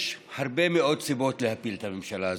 יש הרבה מאוד סיבות להפיל את הממשלה הזאת.